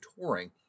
touring